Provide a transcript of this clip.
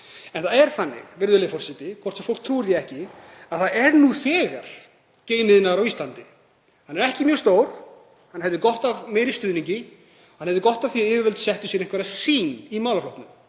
En það er þannig, virðulegi forseti, hvort sem fólk trúir því eða ekki, að það er nú þegar geimiðnaður á Íslandi. Hann er ekki mjög stór, hann hefði gott af meiri stuðningi. Hann hefði gott af því að yfirvöld settu sér einhverja sýn í málaflokknum